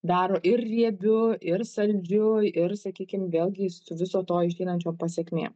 daro ir riebiu ir saldžiu ir sakykim vėlgi su viso to išeinančiom pasekmėm